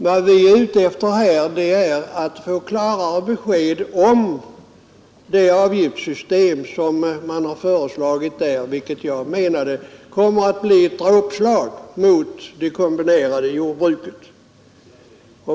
Vad vi är ute efter är att få klarare besked om det avgiftssystem som har föreslagits, vilket jag anser skulle vara ett dråpslag mot det kombinerade jordbruket.